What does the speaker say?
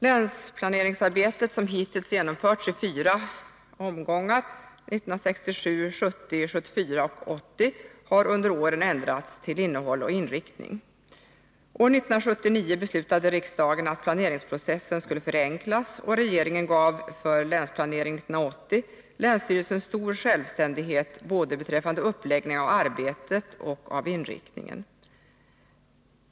Länsplaneringsarbetet, som hittills genomförts i fyra riksomfattande omgångar, 1967, 1970, 1974 och 1980, har under åren ändrats till innehåll och inriktning. År 1979 beslutade riksdagen att planeringsprocessen skulle förenklas, och regeringen gav för Länsplanering 1980 länsstyrelsen stor självständighet både beträffande uppläggning av arbetet och beträffande inriktningen.